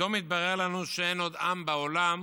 פתאום התברר לנו שאין עוד עם בעולם